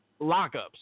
lockups